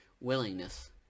willingness